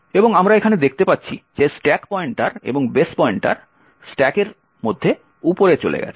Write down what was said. এবং আমরা এখানে দেখতে পাচ্ছি যে স্ট্যাক পয়েন্টার এবং বেস পয়েন্টার স্ট্যাকের মধ্যে উপরে চলে গেছে